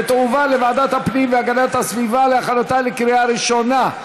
ותועבר לוועדת הפנים והגנת הסביבה להכנתה לקריאה ראשונה.